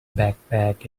backpack